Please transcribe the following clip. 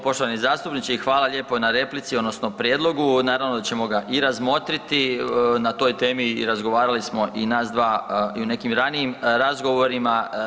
Poštovani zastupniče, hvala lijepo na replici odnosno prijedlogu, naravno da ćemo ga i razmotriti i na toj temi i razgovarali smo i nas dva i u nekim ranijim razgovorima.